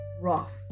rough